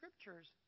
Scriptures